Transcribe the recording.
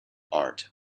art